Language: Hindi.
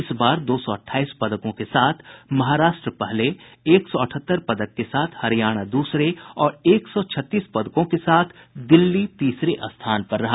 इस बार दो सौ अठाईस पदकों के साथ महाराष्ट्र पहले एक सौ अठहत्तर पदक के साथ हरियाणा दूसरे और एक सौ छत्तीस पदकों के साथ दिल्ली तीसरे स्थान पर रहा